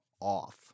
off